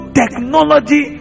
technology